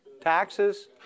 Taxes